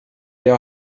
jag